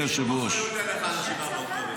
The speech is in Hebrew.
שום אחריות אין לך על 7 באוקטובר?